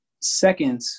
second